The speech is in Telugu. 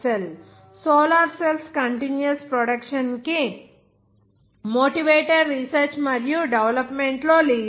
W Fraser Russell solar cells continuous production కి మోటివేటెడ్ రీసెర్చ్ మరియు డెవలప్మెంట్ లో లీడర్